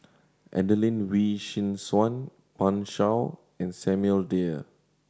Adelene Wee Chin Suan Pan Shou and Samuel Dyer